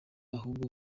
ahubwo